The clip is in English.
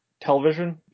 television